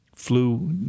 flu